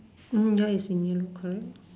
hmm that is in yellow correct